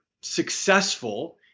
successful